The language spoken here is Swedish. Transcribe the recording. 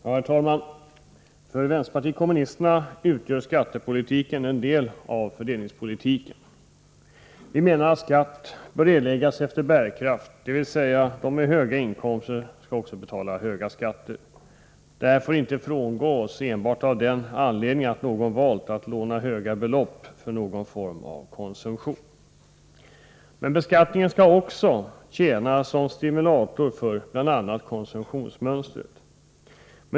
Herr talman! För vänsterpartiet kommunisterna utgör skattepolitiken en del av fördelningspolitiken. Vi menar att skatt bör erläggas efter bärkraft, dvs. de med höga inkomster skall också betala höga skatter. Denna princip får inte frångås enbart av den anledningen att en person valt att låna höga belopp för någon form av konsumtion. Men beskattningen skall också tjänstgöra som stimulator för bl.a. konsumtionsmönstret.